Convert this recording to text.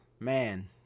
Man